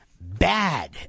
bad